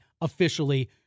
officially